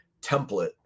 template